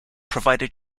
provided